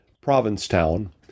Provincetown